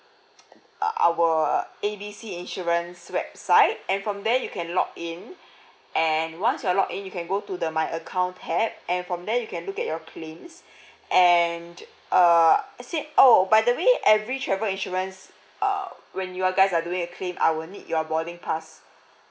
uh our A B C insurance website and from there you can log in and once you're log in you can go to the my account tab and from there you can look at your claims and uh said oh by the way every travel insurance err when you're guys are doing the claim I will need your boarding pass